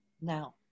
now